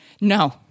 No